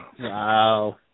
Wow